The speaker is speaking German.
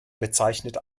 bezeichnet